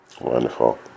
Wonderful